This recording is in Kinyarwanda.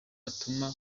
atuma